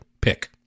Pick